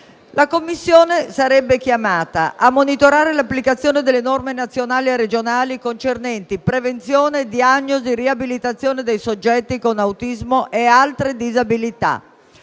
La Commissione sarebbe chiamata a: monitorare l'applicazione delle norme nazionali e regionali concernenti la prevenzione, la diagnosi e la riabilitazione dei soggetti con autismo e altre disabilità;